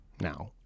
now